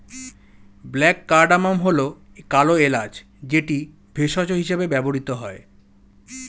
black cardamom হল কালো এলাচ যেটি ভেষজ হিসেবে ব্যবহৃত হয়